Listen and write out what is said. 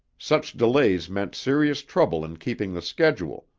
such delays meant serious trouble in keeping the schedule,